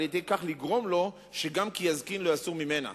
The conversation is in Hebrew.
ועל-ידי כך לגרום לו ש"גם כי יזקין לא יסור ממנה".